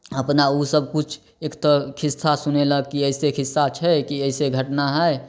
अपना ओ सबकिछु एक तऽ खिस्सा सुनेलक कि ऐसे खिस्सा छै कि ऐसे घटना है